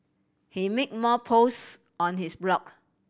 he made more posts on his blog